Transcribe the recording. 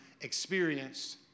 experienced